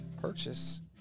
purchase